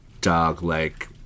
dog-like